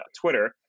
Twitter